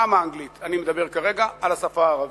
גם האנגלית, אני מדבר כרגע על השפה הערבית.